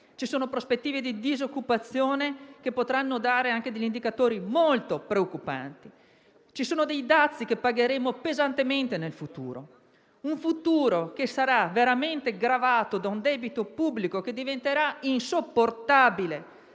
Ci sono prospettive di disoccupazione che potranno dare anche degli indicatori molto preoccupanti. Ci sono dei dazi che pagheremo pesantemente nel futuro; un futuro che sarà veramente gravato da un debito pubblico che diventerà insopportabile,